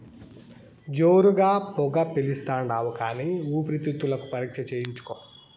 జోరుగా పొగ పిలిస్తాండావు కానీ ఊపిరితిత్తుల పరీక్ష చేయించుకో